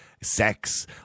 sex